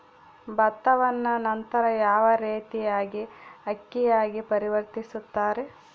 ಭತ್ತವನ್ನ ನಂತರ ಯಾವ ರೇತಿಯಾಗಿ ಅಕ್ಕಿಯಾಗಿ ಪರಿವರ್ತಿಸುತ್ತಾರೆ?